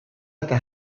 eta